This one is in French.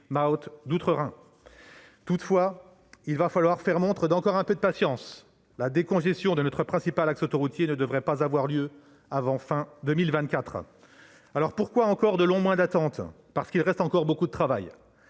fameuse d'outre-Rhin. Toutefois, il va falloir faire montre d'encore un peu de patience : la décongestion de notre principal axe autoroutier ne devrait pas avoir lieu avant la fin de 2024. Pourquoi encore de longs mois d'attente ? Parce qu'il reste beaucoup de travail.